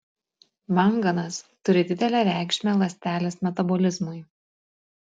manganas turi didelę reikšmę ląstelės metabolizmui